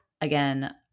Again